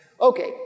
Okay